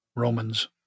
Romans